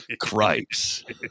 Christ